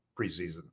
preseason